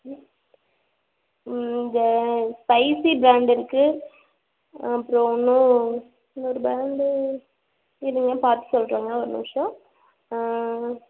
ம் க spicy brand இருக்குது அப்புறோம் இன்னும் இன்னொரு ப்ராண்டு இருங்க பார்த்து சொல்கிறேங்க ஒரு நிமிஷோம்